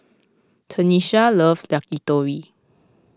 Tanesha loves Yakitori